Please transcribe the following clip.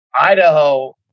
Idaho